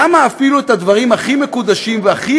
למה אפילו את הדברים הכי מקודשים והכי